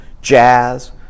jazz